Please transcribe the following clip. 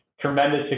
tremendous